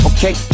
Okay